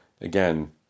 again